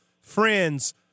friends